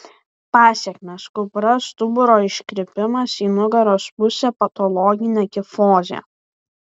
pasekmės kupra stuburo iškrypimas į nugaros pusę patologinė kifozė